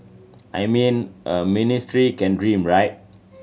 I mean a ministry can dream right